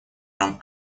рамках